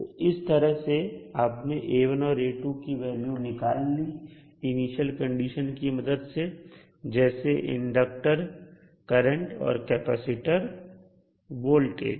तो इस तरह से आपने A1 और A2 की वैल्यू निकाल ली इनिशियल कंडीशन की मदद से जैसे इंडक्टर करंट और कैपेसिटर वोल्टेज